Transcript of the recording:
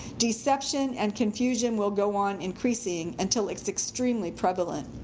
deception and confusion will go on increasing until it's extremely prevalent.